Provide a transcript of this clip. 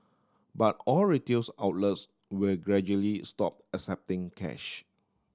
but all retails outlets will gradually stop accepting cash